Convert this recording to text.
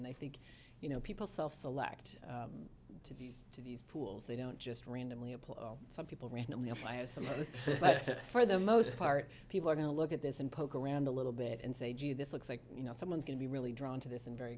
and i think you know people self select these to these pools they don't just randomly apply some people randomly if i have something for the most part people are going to look at this and poke around a little bit and say gee this looks like you know someone's going to be really drawn to this and very